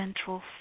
central